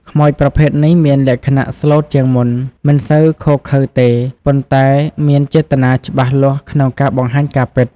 ខ្មោចប្រភេទនេះមានលក្ខណៈស្លូតជាងមុន មិនសូវឃោរឃៅទេ ប៉ុន្តែមានចេតនាច្បាស់លាស់ក្នុងការ បង្ហាញការពិត។